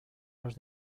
los